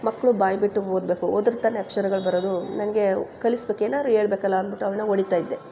ಮಕ್ಕಳು ಬಾಯಿ ಬಿಟ್ಟು ಓದಬೇಕು ಹೋದ್ರೆ ತಾನೇ ಅಕ್ಷರಗಳು ಬರೋದು ನನಗೆ ಕಲಿಸ್ಬೇಕು ಏನಾದ್ರೂ ಹೇಳ್ಬೇಕಲ್ಲ ಅಂದ್ಬಿಟ್ಟು ಅವ್ಳನ್ನ ಹೊಡಿತಾಯಿದ್ದೆ